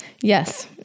Yes